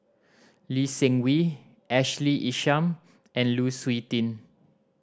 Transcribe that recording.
Lee Seng Wee Ashley Isham and Lu Suitin